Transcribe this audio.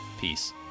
Peace